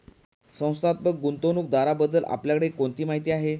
संस्थात्मक गुंतवणूकदाराबद्दल आपल्याकडे कोणती माहिती आहे?